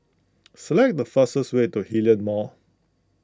select the fastest way to Hillion Mall